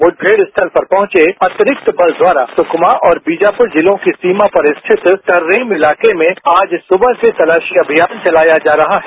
मुठभेड़ स्थल पर पहुंचे अतिरिक्त बल द्वारा सुकमा और बीजापुर जिलों की सीमा पर स्थित तर्रेम इलाके में आज सुबह से तलाशी अभियान चलाया जा रहा है